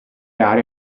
aree